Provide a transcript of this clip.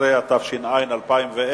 13), התש"ע 2010,